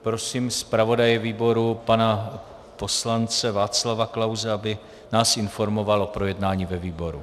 Prosím zpravodaje výboru pana poslance Václava Klause, aby nás informoval o projednání ve výboru.